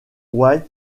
white